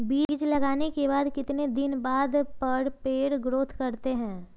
बीज लगाने के बाद कितने दिन बाद पर पेड़ ग्रोथ करते हैं?